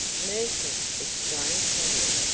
mercy! exclaimed tavia.